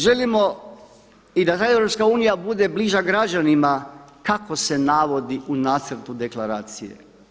Želimo i da ta EU bude bliža građanima kako se navodi u nacrtu deklaracije.